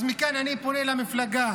אז מכאן אני פונה למפלגה,